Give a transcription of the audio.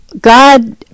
God